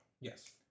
Yes